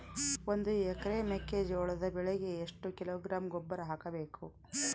ಒಂದು ಎಕರೆ ಮೆಕ್ಕೆಜೋಳದ ಬೆಳೆಗೆ ಎಷ್ಟು ಕಿಲೋಗ್ರಾಂ ಗೊಬ್ಬರ ಹಾಕಬೇಕು?